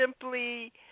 simply